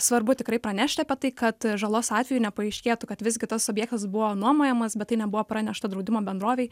svarbu tikrai pranešti apie tai kad žalos atveju nepaaiškėtų kad visgi tas objektas buvo nuomojamas bet tai nebuvo pranešta draudimo bendrovei